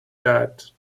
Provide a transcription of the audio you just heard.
that